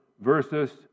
versus